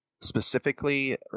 specifically